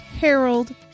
Harold